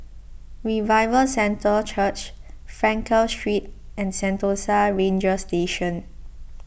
Revival Centre Church Frankel Street and Sentosa Ranger Station